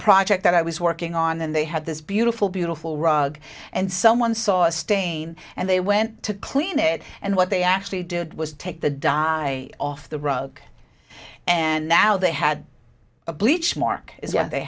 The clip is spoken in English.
project that i was working on and they had this beautiful beautiful rug and someone saw a stain and they went to clean it and what they actually did was take the die off the rug and now they had a bleach more they